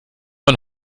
man